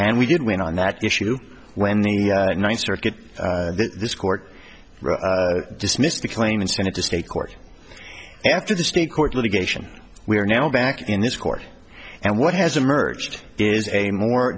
and we did win on that issue when the ninth circuit this court dismissed the claim and sent it to state court after the state court litigation we are now back in this court and what has emerged is a more